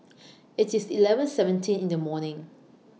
IT IS eleven seventeen in The evening